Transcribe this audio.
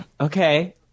Okay